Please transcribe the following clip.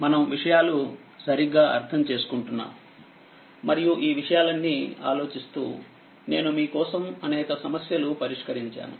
మనం విషయాలు సరిగ్గా అర్థం చేసుకుంటున్నాము మరియు ఈ విషయాలన్నీ ఆలోచిస్తూనేను మీ కోసం అనేక సమస్యలు పరిష్కరించాను